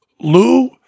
Lou